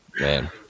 man